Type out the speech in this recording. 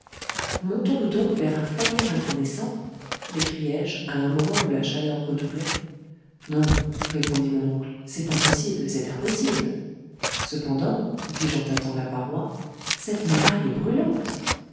montons nous donc vers un foyer incandescent m'écriai-je à un moment où la chaleur redoublait non répondit mon oncle c'est impossible c'est impossible cependant dis-je en tâtant la paroi cette muraille est brûlante